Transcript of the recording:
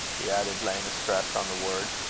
he added, laying a stress on the word,